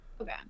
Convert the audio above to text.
okay